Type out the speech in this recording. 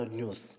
news